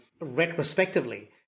retrospectively